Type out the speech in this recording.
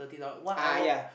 ah yeah